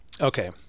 Okay